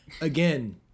again